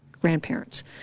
grandparents